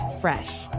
fresh